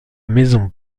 maison